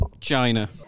China